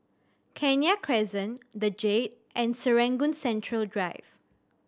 Kenya Crescent The Jade and Serangoon Central Drive